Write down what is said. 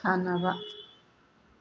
ꯁꯥꯟꯅꯕ